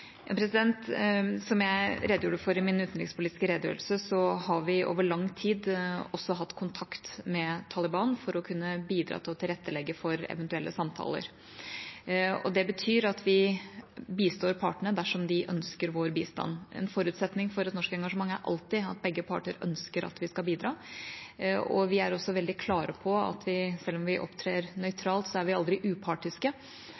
Som jeg redegjorde for i min utenrikspolitiske redegjørelse, har vi over lang tid også hatt kontakt med Taliban for å kunne bidra til å tilrettelegge for eventuelle samtaler. Det betyr at vi bistår partene dersom de ønsker vår bistand. En forutsetning for et norsk engasjement er alltid at begge parter ønsker at vi skal bidra, og vi er også veldig klare på at vi – selv om vi opptrer